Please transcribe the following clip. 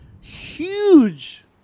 huge